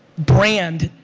brand.